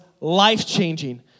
life-changing